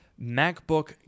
MacBook